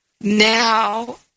now